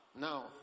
now